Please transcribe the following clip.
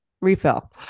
Refill